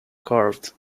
carved